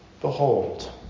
behold